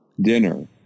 dinner